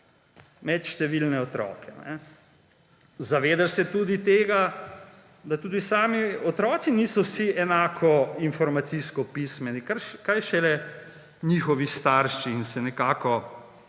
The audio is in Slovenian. med številne otroke. Zavedaš se tudi tega, da tudi sami otroci niso vsi enako informacijsko pismeni, kaj šele njihovi starši, in se nekako